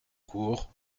courts